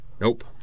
Nope